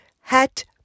hat